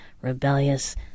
rebellious